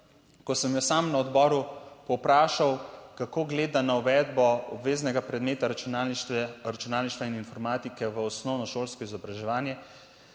Ko sem jo sam na odboru povprašal, kako gleda na uvedbo obveznega predmeta računalništva in informatike v osnovnošolsko izobraževanje,